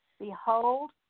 Behold